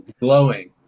glowing